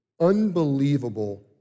unbelievable